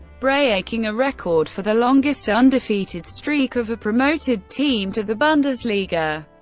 breaking a record for the longest undefeated streak of a promoted team to the bundesliga.